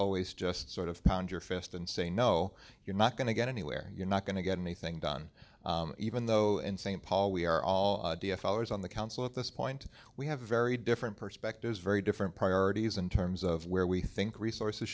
always just sort of pound your fist and say no you're not going to get anywhere you're not going to get anything done even though in st paul we are all followers on the council at this point we have very different perspectives very different priorities in terms of where we think resources